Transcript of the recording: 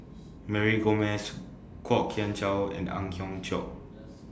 Mary Gomes Kwok Kian Chow and Ang Hiong Chiok